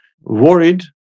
worried